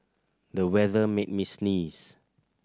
the weather made me sneeze